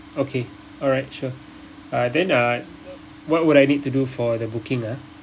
okay alright sure uh then uh what would I need to do for the booking ah